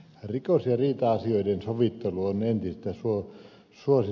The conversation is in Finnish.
rikos ja riita asioiden sovittelu on entistä suositumpaa